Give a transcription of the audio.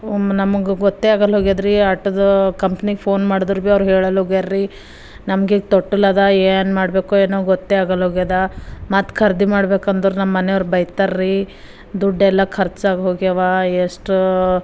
ನಮಗೆ ಗೊತ್ತೇ ಆಗಲ್ಲಿ ಹೋಗ್ಯದ್ರೀ ಆಟೋದ ಕಂಪ್ನಿಗೆ ಫೋನ್ ಮಾಡಿದ್ರು ಬಿ ಅವರು ಹೇಳಲ್ಲ ಹೋಗ್ಯಾರಿ ನಮಗೆ ತೊಟ್ಟಿಲದ ಏನು ಮಾಡ್ಬೇಕೋ ಏನೋ ಗೊತ್ತೇ ಆಗಲ್ಲೋಗ್ಯದ ಮತ್ತ ಖರೀದಿ ಮಾಡ್ಬೇಕಂದ್ರು ನಮ್ಮನೆಯವ್ರು ಬೈತಾರ್ ರೀ ದುಡ್ಡೆಲ್ಲ ಖರ್ಚಾಗಿ ಹೋಗ್ಯವ ಎಷ್ಟು